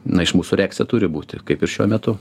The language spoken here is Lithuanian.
na iš mūsų reakcija turi būti kaip ir šiuo metu